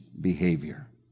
behavior